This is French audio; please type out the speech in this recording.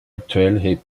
actuel